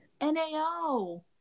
NAO